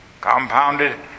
compounded